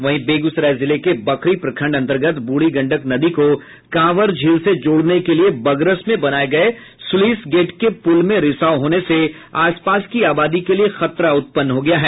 वहीं बेगूसराय जिले के बखरी प्रखंड अंतर्गत बूढ़ी गंडक नदी को कांवर झील से जोड़ने के लिए बगरस में बनाए गए स्लुईस गेट के पुल में रिसाव होने से आसपास की आबादी के लिए खतरा उत्पन्न हो गया है